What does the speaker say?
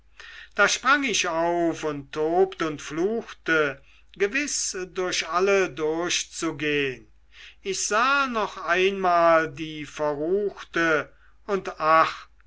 da sprang ich auf und tobt und fluchte gewiß durch alle durchzugehn ich sah noch einmal die verruchte und ach